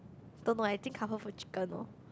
don't know I think comfort food chicken orh